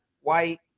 white